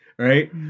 Right